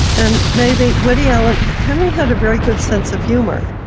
and maybe woody allen, henry had a very good sense of humour,